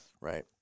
Right